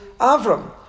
Avram